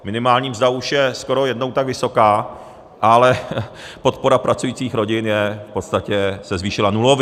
Minimální mzda už je skoro jednou tak vysoká, ale podpora pracujících rodin se v podstatě zvýšila nulově.